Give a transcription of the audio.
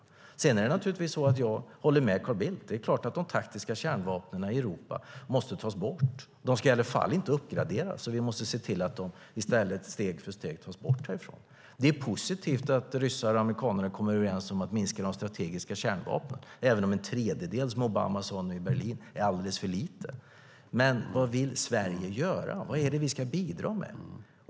Sedan håller jag naturligtvis med Carl Bildt om att de taktiska kärnvapnen i Europa måste tas bort. De ska i alla fall inte uppgraderas, och vi måste se till att de i stället steg för steg tas bort härifrån. Det är också positivt att ryssar och amerikaner kommer överens om att minska de strategiska kärnvapnen, även om en tredjedel, som Obama pratade om i Berlin, är alldeles för lite. Men vad vill Sverige göra? Vad är det vi ska bidra med?